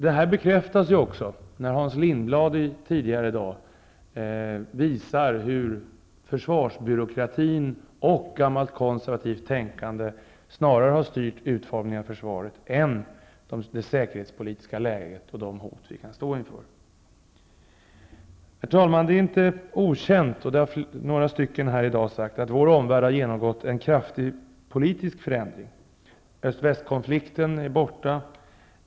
Det här bekräftas ju också, när Hans Lindblad tidigare i dag visade hur det snarare är försvarsbyråkratin och gammalt konservativt tänkande som har styrt utformningen av försvaret än det säkerhetspolitiska läget och de hot vi kan stå inför. Herr talman! Det är inte okänt, och det har några stycken sagt här i dag, att vår omvärld har genomgått en kraftig politisk förändring. Öst--västkonflikten är borta.